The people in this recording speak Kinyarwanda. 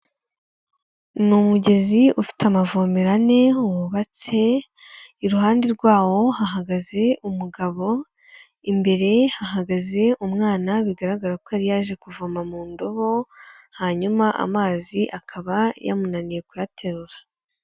Ni umugezi ufite amavomera ane hubatse, iruhande rwawo hahagaze umugabo, imbere hahagaze umwana, bigaragara ko yari yaje kuvoma mu ndobo, hanyuma amazi akaba yamunaniye kuyaterura.